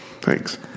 Thanks